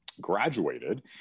graduated